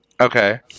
Okay